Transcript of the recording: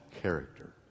character